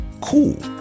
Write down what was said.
Cool